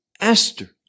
Esther